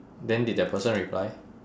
then did that person reply